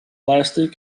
plastic